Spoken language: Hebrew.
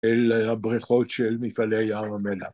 ‫אל הבריכות של מפעלי ים המלח.